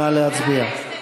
נא להצביע.